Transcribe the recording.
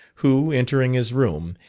who, entering his room,